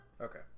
Okay